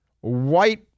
White